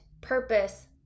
purpose